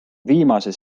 viimase